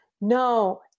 No